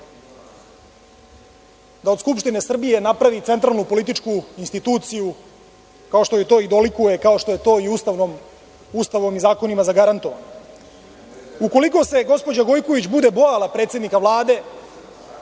da od Skupštine Srbije napravi centralnu političku instituciju, kao što joj to i dolikuje, kao što joj je to Ustavom i zakonima zagarantovano. Ukoliko se gospođa Gojković bude bojala predsednika Vlade,